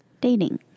dating